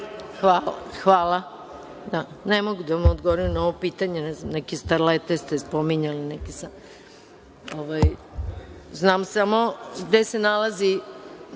Hvala. Ne mogu da vam odgovorim na ovo pitanje. Neke starlete ste spominjali. Znam samo gde se nalazi